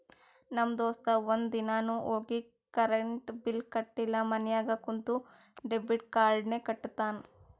ನಮ್ ದೋಸ್ತ ಒಂದ್ ದಿನಾನು ಹೋಗಿ ಕರೆಂಟ್ ಬಿಲ್ ಕಟ್ಟಿಲ ಮನ್ಯಾಗ ಕುಂತ ಡೆಬಿಟ್ ಕಾರ್ಡ್ಲೇನೆ ಕಟ್ಟತ್ತಾನ್